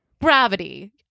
gravity